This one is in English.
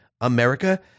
America